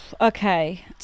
Okay